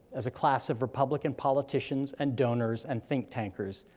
as a class of republican politicians, and donors, and think tankers,